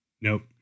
Nope